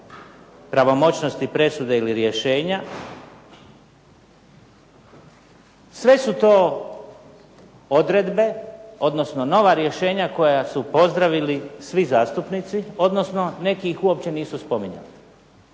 pravomoćnosti presude ili rješenja. Sve su to odredbe, odnosno nova rješenja koja su pozdravili svi zastupnici, odnosno neki ih uopće nisu spominjali.